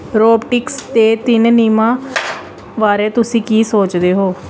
robotics ਦੇ ਤਿੰਨ ਨਿਯਮਾਂ ਬਾਰੇ ਤੁਸੀਂ ਕੀ ਸੋਚਦੇ ਹੋ